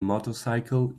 motorcycle